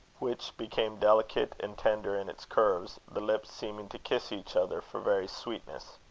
which became delicate and tender in its curves, the lips seeming to kiss each other for very sweetness.